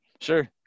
Sure